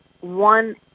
one